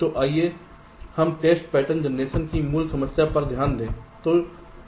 तो आइए हम टेस्ट पैटर्न जनरेशन की मूल समस्या पर ध्यान दें